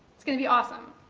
it's going to be awesome.